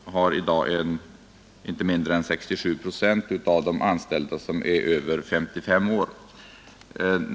I dag är inte mindre än 67 procent av de anställda över 55 år.